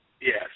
Yes